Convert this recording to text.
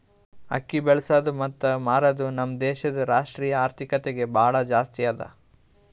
ಅಕ್ಕಿ ಬೆಳಸದ್ ಮತ್ತ ಮಾರದ್ ನಮ್ ದೇಶದ್ ರಾಷ್ಟ್ರೀಯ ಆರ್ಥಿಕತೆಗೆ ಭಾಳ ಜಾಸ್ತಿ ಅದಾ